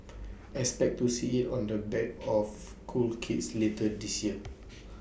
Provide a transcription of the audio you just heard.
expect to see IT on the backs of cool kids later this year